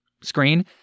screen